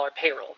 payroll